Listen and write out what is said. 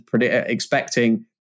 expecting